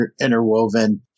interwoven